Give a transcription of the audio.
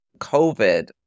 COVID